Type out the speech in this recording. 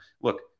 look